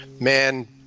man